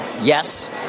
yes